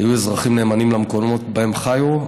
שהיו אזרחים נאמנים למקומות שבהם חיו,